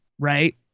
Right